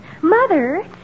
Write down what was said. Mother